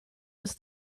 was